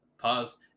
Pause